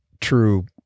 true